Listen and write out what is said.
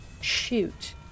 Shoot